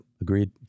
Agreed